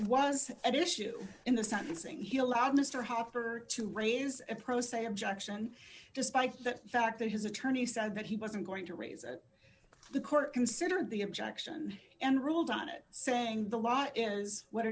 was at issue in the sentencing he allowed mr harper to raise a pro se objection despite that fact that his attorney said that he wasn't going to raise it the court considered the objection and ruled on it saying the law is what